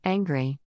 Angry